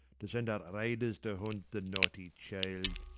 to send out riders to hunt the naughty child,